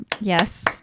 yes